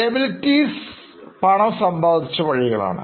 liabilites പണം സമ്പാദിച്ച വഴികളാണ്